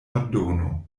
ordono